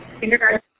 kindergarten